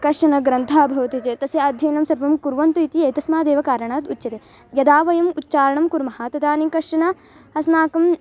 कश्चन ग्रन्थः भवति चेत् तस्य अध्ययनं सर्वं कुर्वन्तु इति एतस्मादेव कारणात् उच्यते यदा वयम् उच्चारणं कुर्मः तदानीं कश्चन अस्माकं